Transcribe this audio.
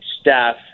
staff